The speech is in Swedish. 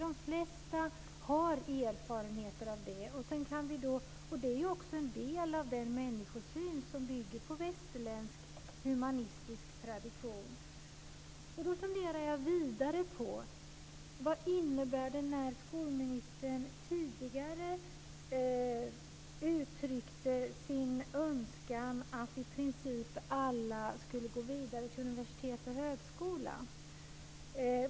De flesta har erfarenheter av det. Det är också en del av den människosyn som bygger på västerländsk humanistisk tradition. Vad innebär det när skolministern tidigare uttryckte sin önskan att i princip alla skulle gå vidare till universitet och högskola?